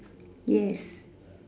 yes